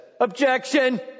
objection